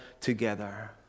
together